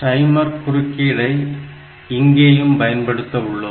timer குறுக்கீடை இங்கேயும் பயன்படுத்த உள்ளோம்